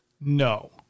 No